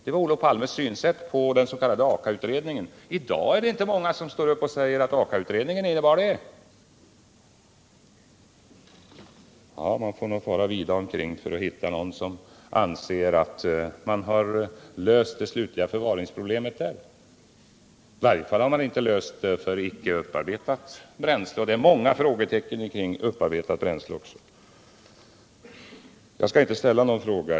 Det var Olof Palmes syn på den s.k. Akautredningen. I dag är det inte många som står upp och säger att Akautredningen innebar det. Nej, man får nog fara vida omkring för att hitta någon som anser att avfallsproblemen är slutgiltigt lösta. I varje fall är de inte lösta när det gäller icke upparbetat bränsle. Där finns det många frågetecken! Jag har här gång på gång besvarat ett antal frågor som Olof Palme ställt.